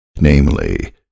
Namely